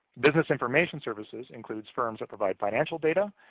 business information services includes firms that provide financial data,